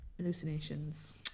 hallucinations